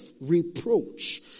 reproach